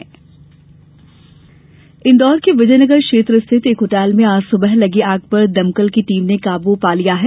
आग होटल इंदौर के विजय नगर क्षेत्र स्थित एक होटल में आज सुबह लगी आग पर दमकल दल ने काबू पा लिया है